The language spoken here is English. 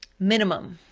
minimum,